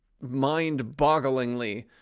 mind-bogglingly